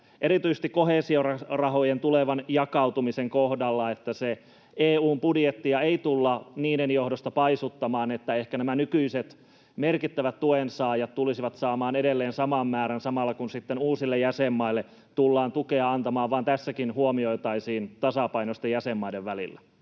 erityisesti koheesiorahojen tulevan jakautumisen kohdalla, että EU:n budjettia ei tulla niiden johdosta paisuttamaan. Ehkä nämä nykyiset merkittävät tuensaajat tulisivat saamaan edelleen saman määrän samalla, kun uusille jäsenmaille tullaan tukea antamaan, mutta tässäkin sitten huomioitaisiin tasapaino jäsenmaiden välillä.